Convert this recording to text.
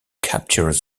captured